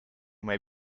may